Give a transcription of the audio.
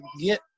get